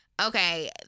okay